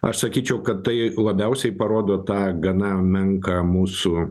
aš sakyčiau kad tai labiausiai parodo tą gana menką mūsų